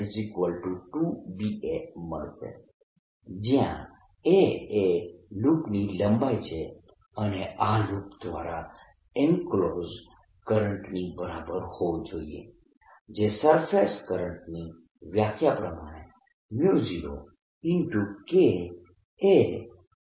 dl2Ba મળશે જયાં a એ લૂપની લંબાઈ છે અને આ લૂપ દ્વારા એન્ક્લોઝડ કરંટની બરાબર હોવું જોઈએ જે સરફેસ કરંટની વ્યાખ્યા પ્રમાણે 0Ka થશે